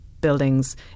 buildings